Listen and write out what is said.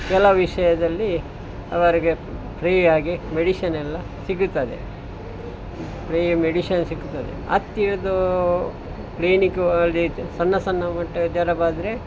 ಕೆಲವು ವಿಷಯದಲ್ಲಿ ಅವರಿಗೆ ಫ್ರೀ ಆಗಿ ಮೆಡಿಶಿನ್ ಎಲ್ಲ ಸಿಗುತ್ತದೆ ಫ್ರೀ ಮೆಡಿಶಿನ್ ಸಿಗುತ್ತದೆ ಹತ್ತಿರದ್ದು ಕ್ಲೀನಿಕಲ್ಲಿ ಸಣ್ಣ ಸಣ್ಣ ಮಟ್ಟ ಜ್ವರ ಬಂದರೆ